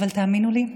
אבל תאמינו לי,